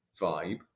vibe